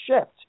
shift